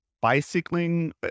bicycling